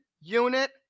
unit